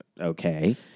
okay